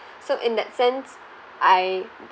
so in that sense I